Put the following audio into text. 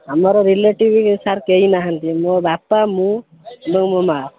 ଆମର relative sir କେହି ନାହାନ୍ତି ମୋ ବାପା ମୁଁ ଏବଂ ମୋ ମା'